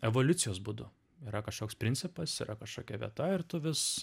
evoliucijos būdu yra kažkoks principas yra kažkokia vieta ir tu vis